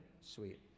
Sweet